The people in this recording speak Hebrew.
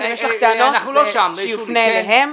ואם יש לך טענות שיופנו אליהם.